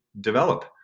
develop